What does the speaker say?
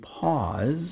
pause